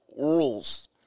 rules